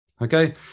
Okay